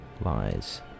lies